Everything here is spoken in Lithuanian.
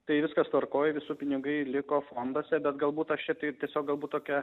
tai viskas tvarkoj visų pinigai liko fonduose bet galbūt aš čia tai tiesiog galbūt tokia